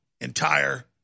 entire